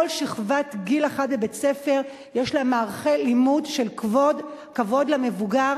כל שכבת גיל בבית-ספר יש לה מערכי לימוד של כבוד למבוגר,